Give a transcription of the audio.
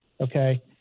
Okay